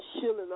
shilling